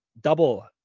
Double